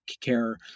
care